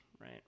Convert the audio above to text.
right